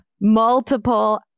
multiple